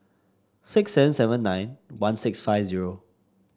six seven seven nine one six five zero